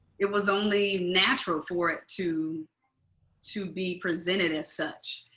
it was only natural for it to to be presented as such,